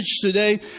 today